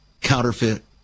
counterfeit